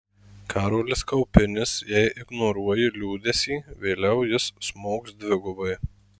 karolis kaupinis jei ignoruoji liūdesį vėliau jis smogs dvigubai